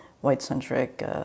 white-centric